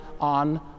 on